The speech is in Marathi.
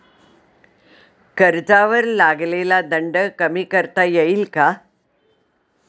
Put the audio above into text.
कर्जावर लागलेला दंड कमी करता येईल का?